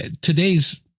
today's